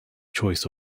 choice